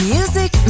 Music